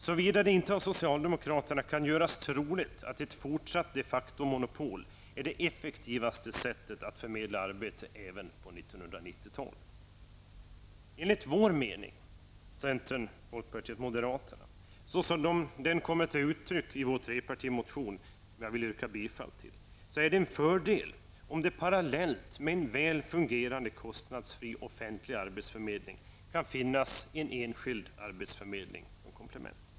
Såvida det inte av socialdemokraterna kan göras troligt att ett fortsatt de facto-monopol är det effektivaste sättet att förmedla arbete även på Enligt vår mening -- centerpartiet, folkpartiet, moderaterna -- såsom den kommer till uttryck i vår trepartimotion, som jag härmed yrkar bifall till, är det en fördel om det parallellt med en väl fungerande kostnadsfri offentlig arbetsförmedling kan finnas en enskild arbetsförmedling som komplement.